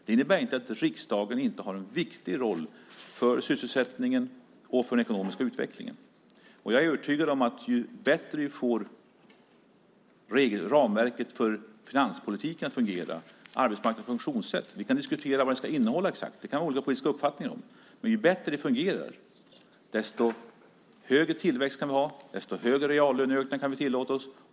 Det innebär dock inte att riksdagen inte spelar en viktig roll för sysselsättningen och den ekonomiska utvecklingen. Jag är övertygad om att ju bättre vi får ramverket för finanspolitiken att fungera, alltså arbetsmarknadens funktionssätt - vi kan diskutera vad exakt det ska innehålla; det kan vi ha olika politiska uppfattningar om - desto högre tillväxt och sysselsättning kan vi ha och desto högre reallöneökningar kan vi tillåta oss.